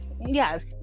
Yes